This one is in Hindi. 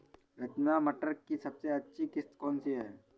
रचना मटर की सबसे अच्छी किश्त कौन सी है?